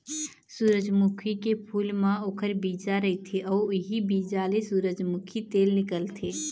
सूरजमुखी के फूल म ओखर बीजा रहिथे अउ इहीं बीजा ले सूरजमूखी तेल निकलथे